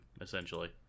essentially